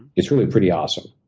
it's really pretty awesome.